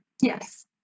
Yes